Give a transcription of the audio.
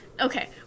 Okay